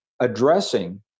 addressing